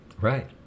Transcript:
Right